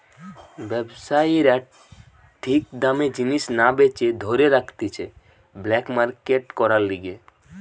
ব্যবসায়ীরা ঠিক দামে জিনিস না বেচে ধরে রাখতিছে ব্ল্যাক মার্কেট করার লিগে